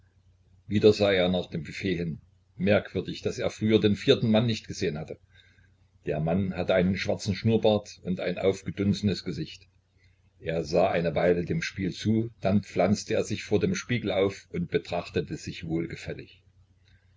wieder sah er nach dem büffet hin merkwürdig daß er früher den vierten mann nicht gesehen hatte der mann hatte einen schwarzen schnurrbart und ein aufgedunsenes gesicht er sah eine weile dem spiel zu dann pflanzte er sich vor dem spiegel auf und betrachtete sich wohlgefällig